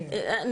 אני